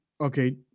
okay